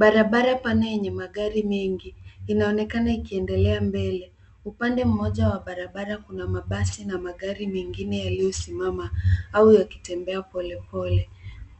Baranara pana yenye magari mengi inaonekana ikiendelea mbele. Upande mmoja wa barabara kuna mabasi na magari mengine yaliyosimama au yakitembea polepole.